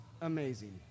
amazing